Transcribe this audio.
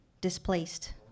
displaced